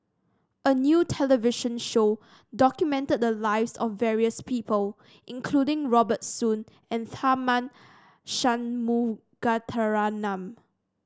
a new television show documented the lives of various people including Robert Soon and Tharman Shanmugaratnam